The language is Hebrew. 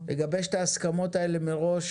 לגבש את ההסכמות הללו מראש.